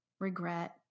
regret